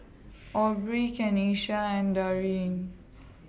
Aubrie Kenisha and Daryn